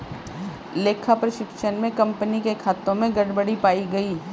लेखा परीक्षण में कंपनी के खातों में गड़बड़ी पाई गई